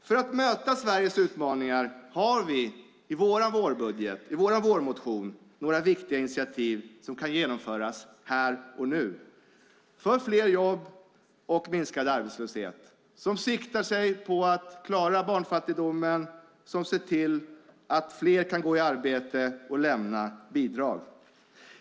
För att möta Sveriges utmaningar har vi i vår vårbudget, vårmotion, några viktiga initiativ till sådant som kan genomföras här och nu för fler jobb och för en minskad arbetslöshet - med sikte på att klara barnfattigdomen och att se till att fler kan gå i arbete och lämna bidragen.